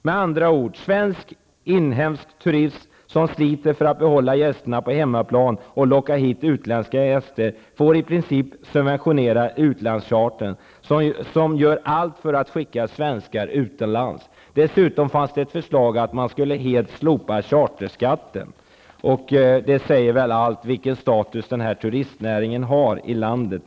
Med andra ord: Svensk inhemsk turism, som sliter för att behålla gästerna på hemmaplan och locka hit utländska gäster, får i princip subventionera utlandschartern, som gör allt för att skicka svenskar utomlands. Dessutom fanns det ett förslag om att helt slopa charterskatten, och det säger väl allt om vilken status turistnäringen har i landet.